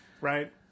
right